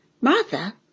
Martha